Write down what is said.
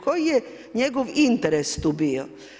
Koji je njegov interes tu bio?